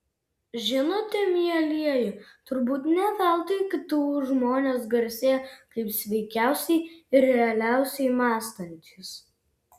žinote mielieji turbūt ne veltui ktu žmonės garsėja kaip sveikiausiai ir realiausiai mąstantys